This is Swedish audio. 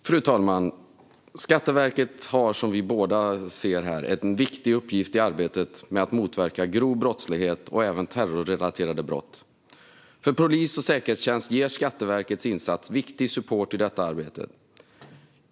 Fru talman! Skatteverket har, som vi båda ser det, en viktig uppgift i arbetet med att motverka grov brottslighet och även terrorrelaterade brott. För polis och säkerhetstjänst ger Skatteverkets insats viktig support i detta arbete.